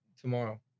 tomorrow